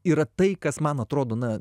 yra tai kas man atrodo na